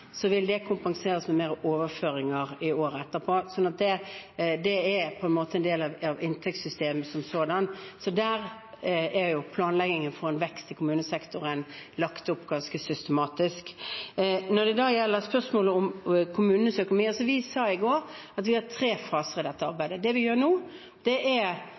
vil det kompenseres med større overføringer i året etterpå – det er en del av inntektssystemet som sådant. Så planleggingen for å få en vekst i kommunesektoren er lagt opp ganske systematisk. Når det gjelder spørsmålet om kommunenes økonomi, sa vi i går at vi har tre faser i dette arbeidet. Det vi gjør nå, er